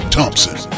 Thompson